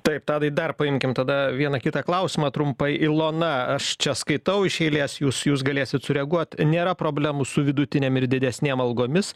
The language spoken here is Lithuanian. taip tadai dar paimkim tada vieną kitą klausimą trumpai ilona aš čia skaitau iš eilės jūs jūs galėsit sureaguot nėra problemų su vidutinėm ir didesnėm algomis